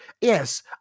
Yes